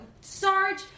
sarge